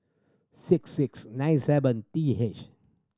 six six nine seven T H